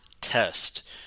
Test